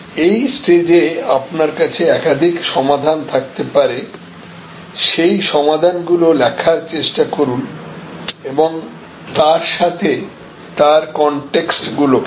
এই স্টেজে আপনার কাছে একাধিক সমাধান থাকতে পারে সেই সমাধান গুলো লেখার চেষ্টা করুন এবং তার সাথে তার কন্টেক্সট গুলোকেও